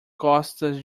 costas